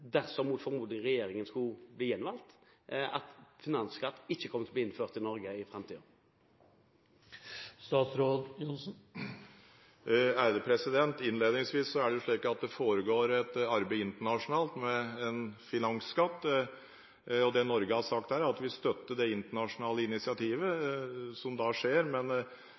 – mot formodning – skulle bli gjenvalgt, ikke kommer til å innføre finansskatt i Norge? Det foregår et arbeid internasjonalt med en finansskatt, og det Norge har sagt der, er at vi støtter det internasjonale initiativet som skjer,